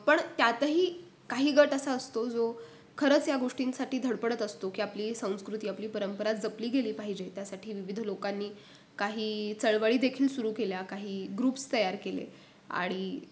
पण त्यातही काही गट असा असतो जो खरंच या गोष्टींसाठी धडपडत असतो की आपली संस्कृती आपली परंपरा जपली गेली पाहिजे त्यासाठी विविध लोकांनी काही चळवळी देखील सुरू केल्या काही ग्रुप्स तयार केले आणि